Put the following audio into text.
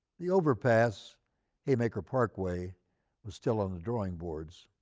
the overpass haymaker parkway was still on the drawing boards.